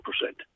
percent